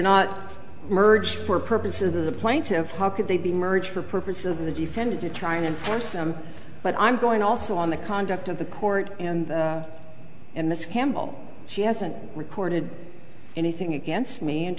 not merged for purposes of the plaintive how could they be merged for purpose of the defendant to try and enforce them but i'm going also on the conduct of the court and miss campbell she hasn't recorded anything against me and